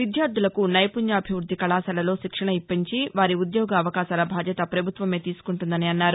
విద్యార్థులకు నైపుణ్యాభివృద్ధి కళాశాలలో శిక్షణ ఇప్పించి వారి ఉద్యోగ అవకాశాల బాధ్యత ప్రభుత్వమే తీసుకుంటుందన్నారు